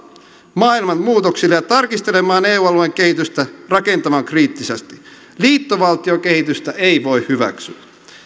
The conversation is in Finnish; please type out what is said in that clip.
maailman muutoksille ja tarkistelemaan eu alueen kehitystä rakentavan kriittisesti liittovaltiokehitystä ei voi hyväksyä